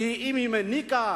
כי אם היא מעניקה,